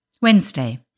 Wednesday